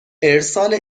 ارسال